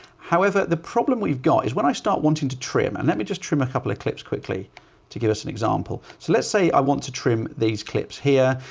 however the problem we've got is when i start wanting to trim and let me just trim a couple of clips quickly to give us an example. so let's say i want to trim these clips here,